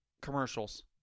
commercials